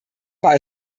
war